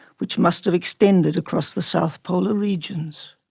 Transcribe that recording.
which must have extended across the south polar regions.